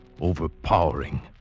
overpowering